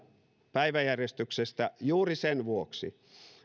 päiväjärjestyksestä juuri sen vuoksi